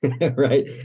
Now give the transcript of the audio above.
right